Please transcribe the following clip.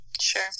Sure